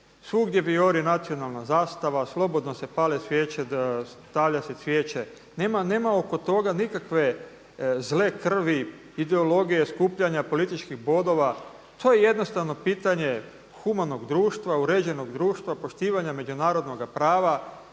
svugdje vijori nacionalna zastava, slobodno se pale svijeće, stavlja se cvijeće. Nema oko toga nikakve zle krvi, ideologije, skupljanja političkih bodova. To je jednostavno pitanje humanog društva, uređenog društva, poštivanja međunarodnoga prava.